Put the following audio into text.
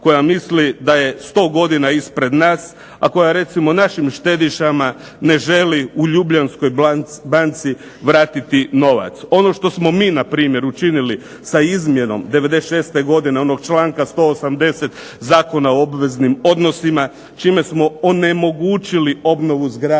koja misli da je 100 godina ispred nas, a koja recimo našim štedišama ne želi u Ljubljanskoj banci vratiti novac. Ono što smo mi na primjer učinili sa izmjenom '96. godine onog članka 180. Zakona o obveznim odnosima čime smo onemogućili obnovu zgrada